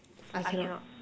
I cannot